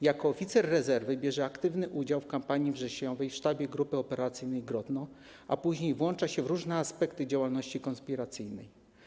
Jako oficer rezerwy brał aktywny udział w kampanii wrześniowej w sztabie Grupy Operacyjnej „Grodno”, a później włączał się w różne aspekty działalności konspiracyjnej.